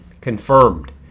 confirmed